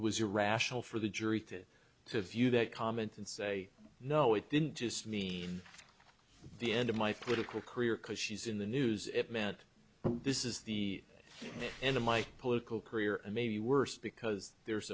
was irrational for the jury to to view that comment and say no it didn't just mean the end of my political career cause she's in the news it meant this is the end of my political career and maybe worse because there's